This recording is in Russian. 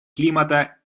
климата